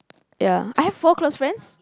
ya I have four close friends